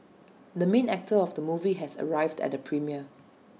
the main actor of the movie has arrived at the premiere